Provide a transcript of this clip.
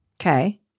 Okay